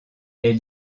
est